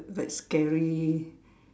like scary